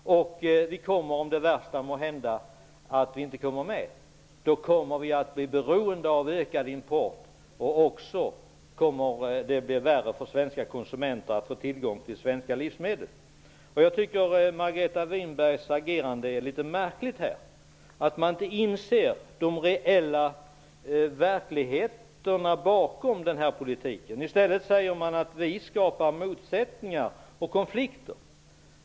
Om Sverige inte kommer med i EU kommer vi att bli beroende av ökad import. Det kommer också att bli värre för svenska konsumenter att få tillgång till svenska livsmedel. Jag tycker att Margareta Winbergs agerande är litet märkligt. Hon inser inte verkligheten bakom den här politiken. I stället säger hon att vi skapar motsättningar och konflikter.